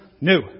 new